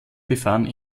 befahren